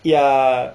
ya